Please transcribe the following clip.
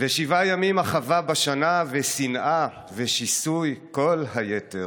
/ ושבעה ימים אחווה בשנה, / ושנאה ושיסוי כל היתר.